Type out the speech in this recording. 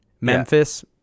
Memphis